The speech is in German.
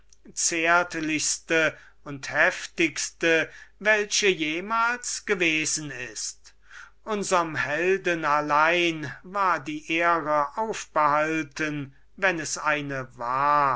zärtlichste und heftigste welche jemals gewesen ist unserm helden allein war die ehre aufbehalten wenn es eine war